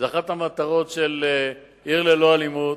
זאת אחת המטרות של "עיר ללא אלימות",